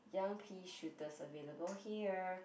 young pea shooters available here